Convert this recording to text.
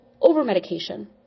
Over-medication